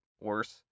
worse